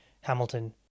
Hamilton